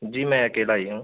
जी मैं अकेला ही हूँ